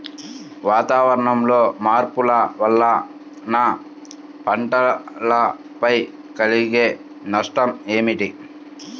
వాతావరణంలో మార్పుల వలన పంటలపై కలిగే నష్టం ఏమిటీ?